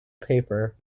paper